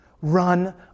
Run